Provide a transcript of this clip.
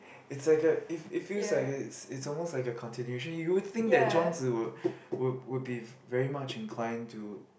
it's like a if it feels like it's it's almost like a continuation you would think that Zhuang-Zi would would would be very much inclined to